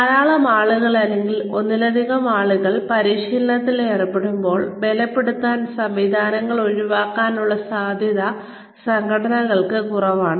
ധാരാളം ആളുകൾ അല്ലെങ്കിൽ ഒന്നിലധികം ആളുകൾ പരിശീലനത്തിൽ ഏർപ്പെടുമ്പോൾ ബലപ്പെടുത്തൽ സംവിധാനങ്ങൾ ഒഴിവാക്കാനുള്ള സാധ്യത സംഘടനകൾക്ക് കുറവാണ്